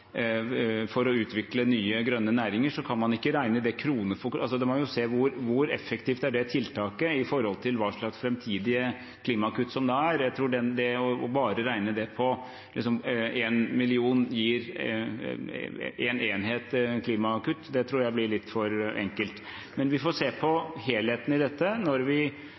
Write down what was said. krone for krone. Man må se hvor effektivt det tiltaket er i forhold til hva slags framtidige klimakutt man får. Jeg tror at det å regne det slik at én million gir en enhet klimakutt, blir litt for enkelt. Men vi får se på helheten i dette når vi